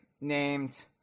named